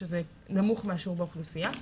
וזה נמוך מהשיעור באוכלוסייה,